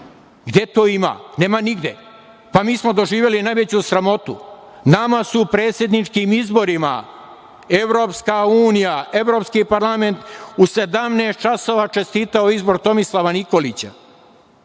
Gde to ima? Nema nigde. Mi smo doživeli najveću sramotu. Nama je, predsedničkim izborima, EU, Evropski parlament u 17.00 časova čestitao izbor Tomislava Nikolića.